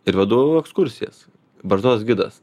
ir vedu ekskursijas barzdotas gidas